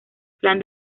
plan